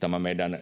tämä meidän